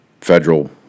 federal